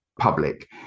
public